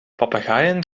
papagaaien